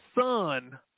son